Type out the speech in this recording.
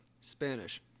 Spanish